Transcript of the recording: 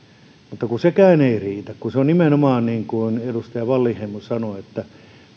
mutta sekään ei riitä kun se on nimenomaan niin kuin edustaja wallinheimo sanoi että